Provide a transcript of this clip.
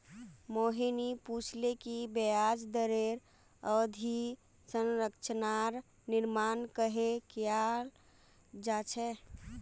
मोहिनी पूछले कि ब्याज दरेर अवधि संरचनार निर्माण कँहे कियाल जा छे